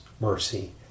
mercy